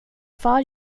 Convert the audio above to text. far